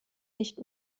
nicht